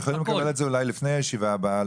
אנחנו יכולים לקבל את זה אולי לפני הישיבה הבאה.